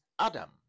Adam